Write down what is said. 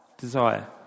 Desire